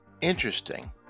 interesting